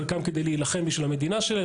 חלקם כדי להילחם בשביל המדינה שלהם,